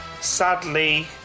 sadly